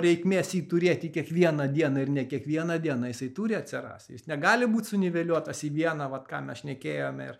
reikmės jį turėti kiekvieną dieną ir ne kiekvieną dieną jisai turi atsirast jis negali būt suniveliuotas į vieną vat ką mes šnekėjome ir